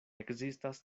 ekzistas